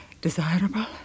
desirable